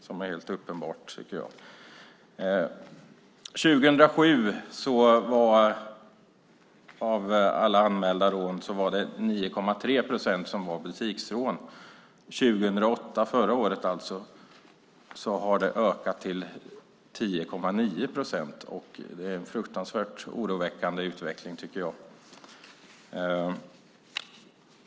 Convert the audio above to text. Jag tycker att det är helt uppenbart. År 2007 var 9,3 procent av alla anmälda rån butiksrån. År 2008, förra året, hade det ökat till 10,9 procent. Jag tycker att det är en fruktansvärt oroväckande utveckling.